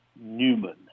Newman